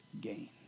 gain